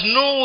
no